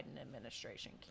administration